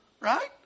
right